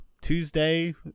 Tuesday